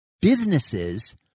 businesses